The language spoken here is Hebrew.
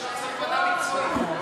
עכשיו צריך ועדה מקצועית.